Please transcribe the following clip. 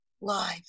live